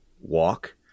walk